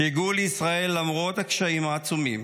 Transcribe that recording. כשהגיעו לישראל, למרות הקשיים העצומים